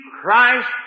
Christ